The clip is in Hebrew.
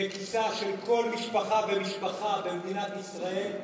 בכיסה של כל משפחה ומשפחה במדינת ישראל,